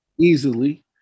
easily